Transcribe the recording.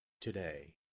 today